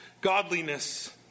godliness